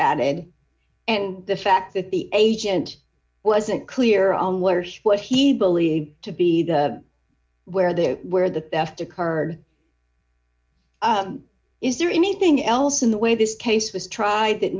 added and the fact that the agent wasn't clear on where she was he believed to be the where the where the best occurred is there anything else in the way this case was tried that